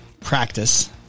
practice